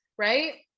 right